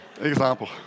example